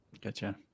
Gotcha